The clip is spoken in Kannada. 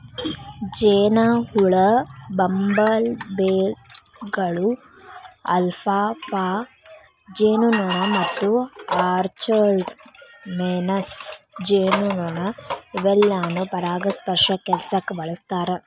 ಜೇನಹುಳ, ಬಂಬಲ್ಬೇಗಳು, ಅಲ್ಫಾಲ್ಫಾ ಜೇನುನೊಣ ಮತ್ತು ಆರ್ಚರ್ಡ್ ಮೇಸನ್ ಜೇನುನೊಣ ಇವೆಲ್ಲಾನು ಪರಾಗಸ್ಪರ್ಶ ಕೆಲ್ಸಕ್ಕ ಬಳಸ್ತಾರ